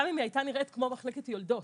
גם אם היא הייתה נראית כמו מחלקת יולדות,